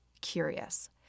curious